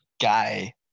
guy